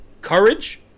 courage